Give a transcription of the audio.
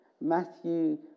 Matthew